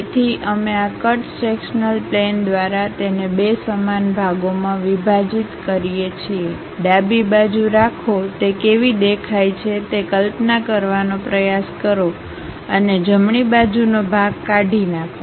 તેથી અમે આ કટ સેક્શન્લ પ્લેન દ્વારા તેને બે સમાન ભાગોમાં વિભાજીત કરીએ છીએ ડાબી બાજુ રાખો તે કેવી દેખાય છે તે કલ્પના કરવાનો પ્રયાસ કરો અને જમણી બાજુનો ભાગ કાઢી નાખો